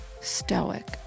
stoic